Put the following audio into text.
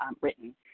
written